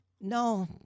No